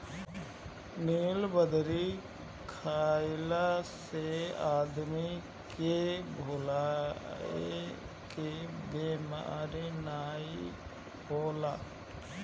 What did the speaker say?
नीलबदरी खइला से आदमी के भुलाए के बेमारी नाइ होला